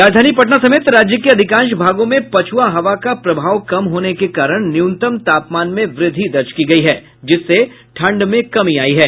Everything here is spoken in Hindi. राजधानी पटना समेत राज्य के अधिकांश भागों में पछ्आ हवा का प्रभाव कम होने के कारण न्यूनतम तापमान में वृद्धि दर्ज की गयी है जिससे ठंड में कमी आयी है